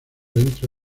entre